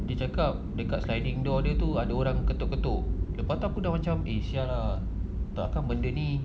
dia cakap dekat sliding door dia tu ada orang ketuk-ketuk eh sia lah tak kan benda ini